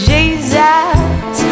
Jesus